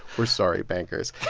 we're sorry, bankers.